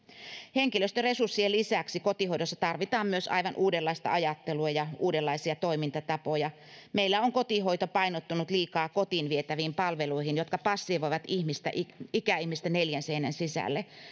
henkilöstöresurssien lisäksi kotihoidossa tarvitaan myös aivan uudenlaista ajattelua ja uudenlaisia toimintatapoja meillä on kotihoito painottunut liikaa kotiin vietäviin palveluihin jotka passivoivat ikäihmistä neljän seinän sisälle